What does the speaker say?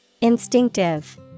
Instinctive